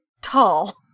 tall